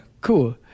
cool